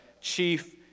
chief